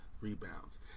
rebounds